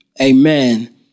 amen